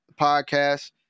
podcast